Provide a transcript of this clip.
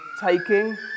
taking